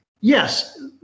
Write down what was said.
Yes